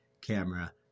camera